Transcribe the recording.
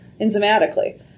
enzymatically